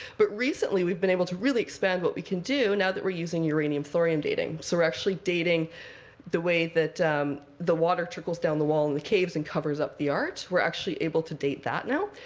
but recently we've been able to really expand what we can do, now that we're using uranium-thorium dating. so we're actually dating the way that the water trickles down the wall in the caves and covers up the art. we're actually able to date that now.